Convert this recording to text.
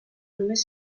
només